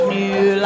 new